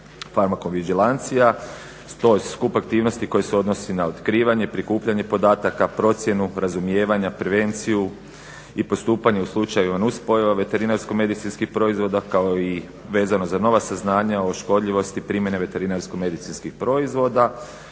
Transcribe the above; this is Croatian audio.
razumije./… to je skup aktivnosti koji se odnosi na otkrivanje, prikupljanje podataka, procjenu razumijevanja, prevenciju i postupanje u slučajevima nus pojava veterinarsko-medicinskih proizvoda kao i vezano za nova saznanja o škodljivosti primjene veterinarsko-medicinskih proizvoda.